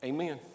Amen